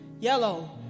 Yellow